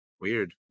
Weird